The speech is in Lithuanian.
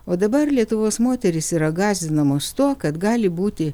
o dabar lietuvos moterys yra gąsdinamos tuo kad gali būti